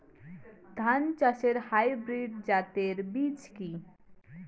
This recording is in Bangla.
ধান চাষের হাইব্রিড জাতের বীজ কি?